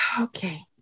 Okay